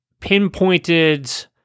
pinpointed